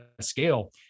scale